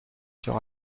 sur